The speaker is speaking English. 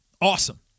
Awesome